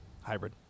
hybrid